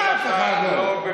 אף אחד לא יפגע בך,